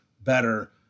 better